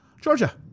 Georgia